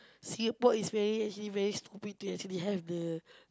Singapore is very is actually very stupid to actually have the